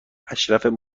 اشرف